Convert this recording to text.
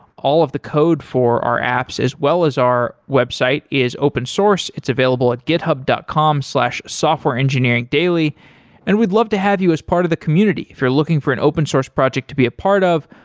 all of the code for our apps, as well as our website is open-source. it's available at github dot com slash softwareengineeringdaily. and we'd love to have you as part of the community. if you're looking for an open-source project to be a part of,